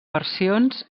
versions